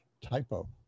typo